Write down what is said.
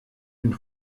une